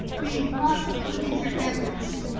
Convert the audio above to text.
the possibilities are endless.